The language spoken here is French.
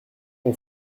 ton